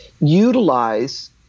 utilize